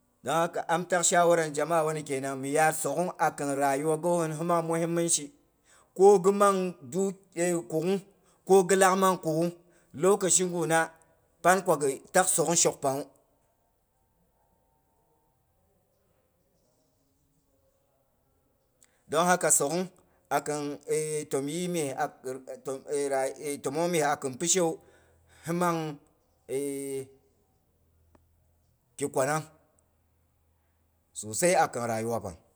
Don haka am tag shawara ni jama'a kenang, ko mi yaar sogh a kin rayuwa gosin himang muhiminshi, ko ghinmang duki e kugh, ko ghi laak mang kuk'gh, lokashi gu na pan ko ghi tak sogh shok pangwu dong haka sogh a kin təmyi mye akin tom a himang ki kwanang, susai a khin raguwa pang.